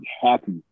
happy